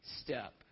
step